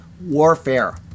warfare